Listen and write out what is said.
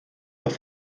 dos